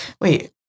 wait